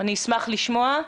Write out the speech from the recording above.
אני אשמח לשמוע.